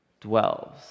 dwells